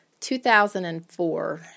2004